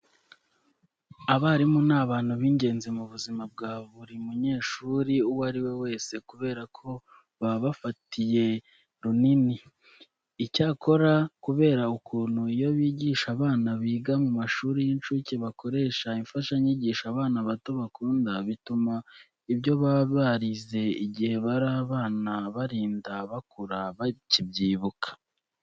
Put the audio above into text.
Abarimu ni abantu b'ingenzi mu buzima bwa buri munyeshuri uwo ari we wese kubera ko baba babafatiye runini. Icyakora kubera ukuntu iyo bigisha abana biga mu mashuri y'incuke bakoresha imfashanyigisho abana bato bakunda, bituma ibyo baba barize igihe bari abana barinda bakura bakibyibuka.